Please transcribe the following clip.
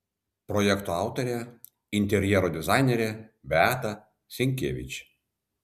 projekto autorė interjero dizainerė beata senkevič